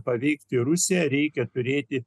paveikti rusiją reikia turėti